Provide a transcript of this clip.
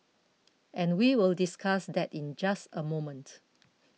and we will discuss that in just a moment